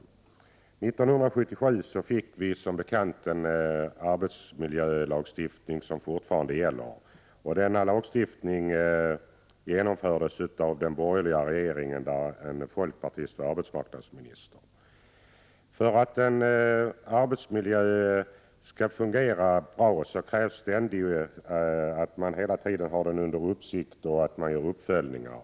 1977 trädde som bekant den arbetsmiljölagstiftning i kraft som fortfarande gäller. Denna lagstiftning infördes av den borgerliga regeringen, där en folkpartist var arbetsmarknadsminister. För att en arbetsmiljö skall fungera bra krävs det att man hela tiden har arbetsmiljön under uppsikt och att man gör uppföljningar.